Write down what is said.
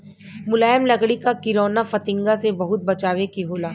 मुलायम लकड़ी क किरौना फतिंगा से बहुत बचावे के होला